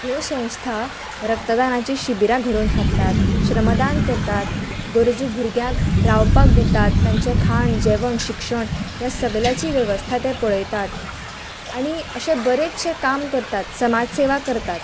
ह्यो संस्था रक्तदानाचीं शिबिरां घडोवन हाडटात श्रमदान करतात गरजू भुरग्यांक रावपाक दितात तांचें खाण जेवण शिक्षण ह्या सगल्यांची वेवस्था ते पळयतात आनी अशे बरेचशें काम करतात समाजसेवा करतात